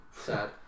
Sad